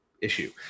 issue